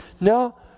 no